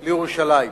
ירושלים.